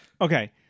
Okay